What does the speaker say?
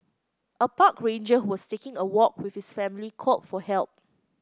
a park ranger who was taking a walk with his family called for help